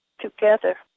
together